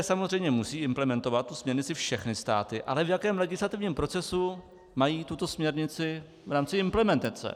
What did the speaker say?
samozřejmě musí implementovat tu směrnici všechny státy, ale v jakém legislativním procesu mají tuto směrnici v rámci implementace.